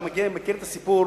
אתה מכיר את הסיפור